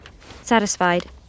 Satisfied